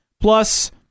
Plus